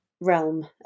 realm